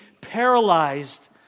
paralyzed